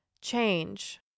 Change